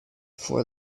for